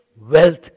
wealth